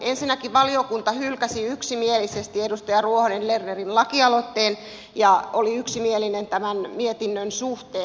ensinnäkin valiokunta hylkäsi yksimielisesti edustaja ruohonen lernerin lakialoitteen ja oli yksimielinen tämän mietinnön suhteen